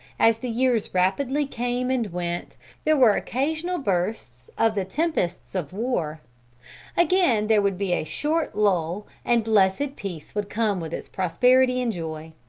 as the years rapidly came and went there were occasional bursts of the tempests of war again there would be a short lull and blessed peace would come with its prosperity and joy.